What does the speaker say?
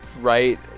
right